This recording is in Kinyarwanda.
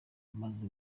amaze